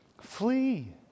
flee